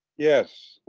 yes.